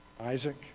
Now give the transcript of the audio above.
Isaac